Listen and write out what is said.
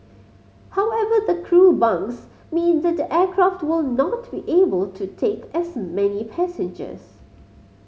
however the crew bunks mean that the aircraft will not be able to take as many passengers